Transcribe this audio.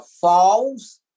falls